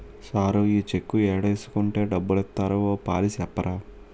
sir ఈ cheque ఏడేసుకుంటే డబ్బులిత్తారో ఓ పాలి సెప్పరూ